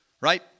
Right